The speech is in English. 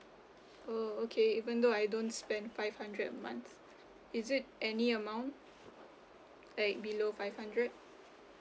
oh okay even though I don't spend five hundred a month is it any amount like below five hundred